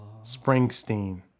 Springsteen